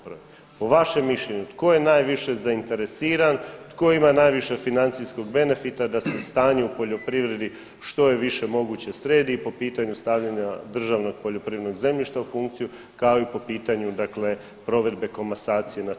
Po vašem mišljenju tko je najviše zainteresiran, tko ima najviše financijskog benefita da se stanje u poljoprivredi što je više moguće sredi i po pitanju stavljanja državnog poljoprivrednog zemljišta u funkciju, kao i po pitanju dakle provedbe komasacije na terenu?